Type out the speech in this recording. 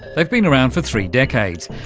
they've been around for three decades,